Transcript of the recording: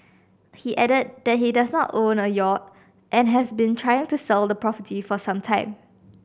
he added that he does not own a yacht and has been trying to sell the property for some time